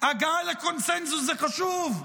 הגעה לקונצנזוס זה חשוב,